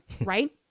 right